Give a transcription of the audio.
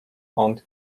found